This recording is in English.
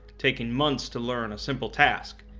taking months to learn a simple task,